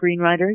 screenwriters